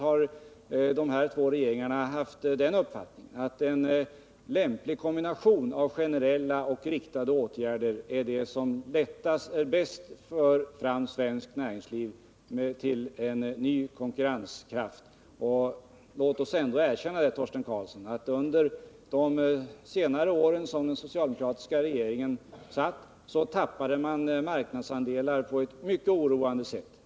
Liksom den förra regeringen har vi uppfattningen att en lämplig kombination av generella och riktade åtgärder är det som bäst för fram svenskt näringsliv till en ny konkurrenskraft. Låt oss ändå erkänna, Torsten Karlsson, att vi under den socialdemokratiska regeringens senare år tappade marknadsandelar på ett mycket oroande sätt.